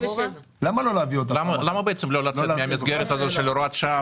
למה לא לצאת מהמסגרת הזאת של הוראת שעה